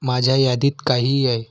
माझ्या यादीत काहीही आहे